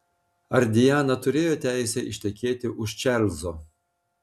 ar diana turėjo teisę ištekėti už čarlzo